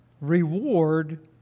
Reward